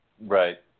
Right